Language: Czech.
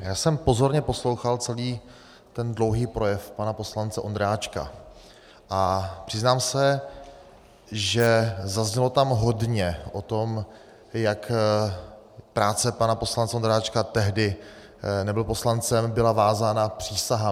Já jsem pozorně poslouchal celý ten dlouhý projev pana poslance Ondráčka a přiznám se, že zaznělo tam hodně o tom, jak práce pana poslance Ondráčka, tehdy nebyl poslancem, byla vázána přísahami.